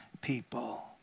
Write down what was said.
people